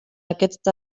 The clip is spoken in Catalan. aquest